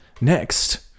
Next